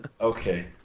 Okay